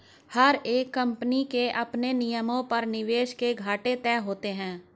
हर एक कम्पनी के अपने नियमों पर निवेश के घाटे तय होते हैं